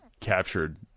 captured